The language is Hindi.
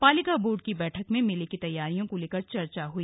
पालिका बोर्ड की बैठक में मेले की तैयारियों को लेकर चर्चा हुई